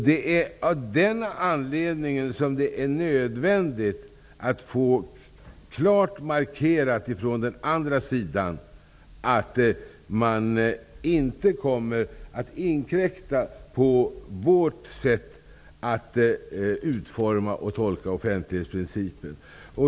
Det är av den anledningen som det är nödvändigt att få en klar markering från den andra sidan att man inte kommer att inkräkta på vårt sätt att utforma och tolka offentlighetsprincipen.